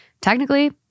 technically